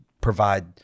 provide